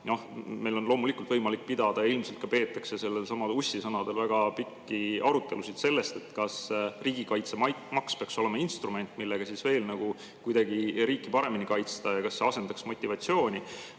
Meil on loomulikult võimalik pidada ja ilmselt ka peetakse Ussisõnadel väga pikki arutelusid sellest, kas riigikaitsemaks peaks olema instrument, millega kuidagi riiki veel paremini kaitsta, ja kas see asendaks motivatsiooni.